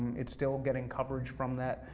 it's still getting coverage from that.